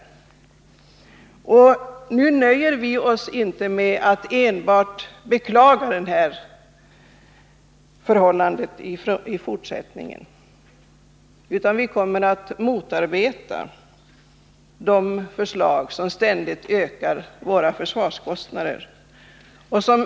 I fortsättningen nöjer vi oss inte med att enbart beklaga det här förhållandet; vi kommer att motarbeta de förslag om ständigt ökade försvarskostnader som framläggs.